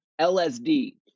LSD